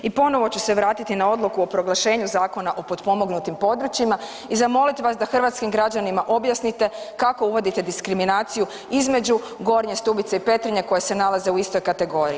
I ponovo ću se vratiti na Odluku o proglašenju Zakona o potpomognutim područjima i zamoliti vas da hrvatskim građanima objasnite kako uvodite diskriminaciju između Gornje Stubice i Petrinje koja se nalaze u istoj kategoriji.